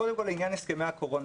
קודם כול לעניין הסכמי הקורונה,